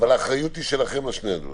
אבל האחריות היא שלכם על שני הדברים?